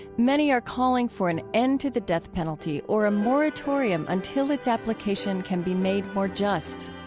many are calling for an end to the death penalty or a moratorium until its application can be made more just.